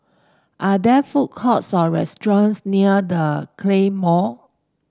are there food courts or restaurants near The Claymore